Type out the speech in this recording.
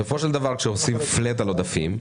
בסופו של דבר כאשר עושים פלט על עודפים,